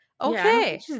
okay